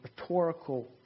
rhetorical